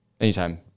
anytime